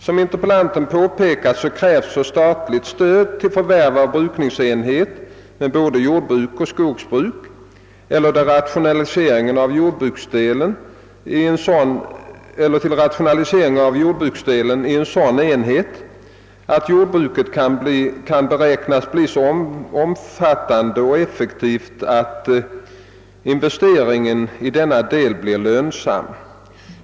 Som interpellanten påpekat krävs för statligt stöd till förvärv av brukningsenhet med både jordbruk och skogsbruk eller till rationalisering av jordbruksdelen i sådan enhet att jordbruket kan beräknas bli så omfattande och effektivt att investeringen i denna del blir lönsam.